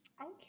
Okay